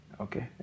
Okay